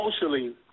socially